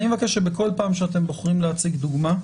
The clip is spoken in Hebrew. אני מבקש שבכל פעם שאתם בוחרים להציג דוגמה,